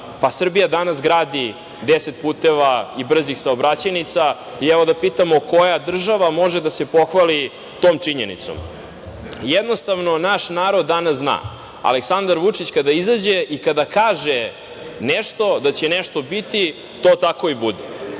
Srbija danas gradi 10 puteva i brzih saobraćajnica. Evo, da pitamo koja država može da se pohvali tom činjenicom. Jednostavno, naš narod danas zna Aleksandar Vučić kada izađe i kada kaže nešto da će nešto biti, to tako i bude.